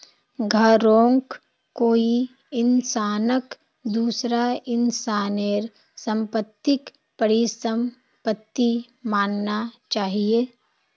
घरौंक कोई इंसानक दूसरा इंसानेर सम्पत्तिक परिसम्पत्ति मानना चाहिये